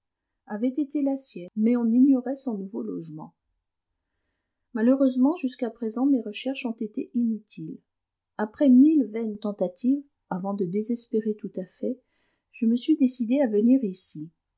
avait été la sienne mais on ignorait son nouveau logement malheureusement jusqu'à présent mes recherches ont été inutiles après mille vaines tentatives avant de désespérer tout à fait je me suis décidé à venir ici